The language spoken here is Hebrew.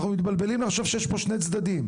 אנחנו מתבלבלים לחשוב שיש פה שני צדדים.